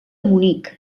munic